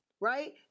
right